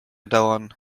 dauern